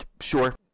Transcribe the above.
Sure